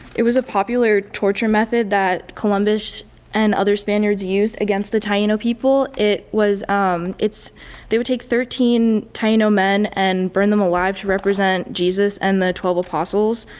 it was a popular torture method that columbus and other spaniards used against the taino people. it was um they would take thirteen taino men and burn them alive to represent jesus and the twelve apostles.